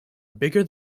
bigger